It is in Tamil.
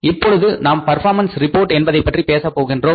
இப்பொழுது நாம் பர்பாமன்ஸ் ரிப்போர்ட் என்பதைப் பற்றி பேசப் போகின்றோம்